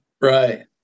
Right